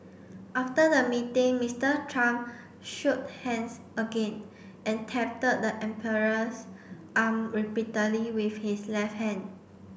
after the meeting Mister Trump shook hands again and the emperor's arm repeatedly with his left hand